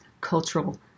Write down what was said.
cultural